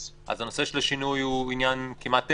אז הנושא של שינוי הוא עניין כמעט טכני.